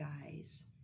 guys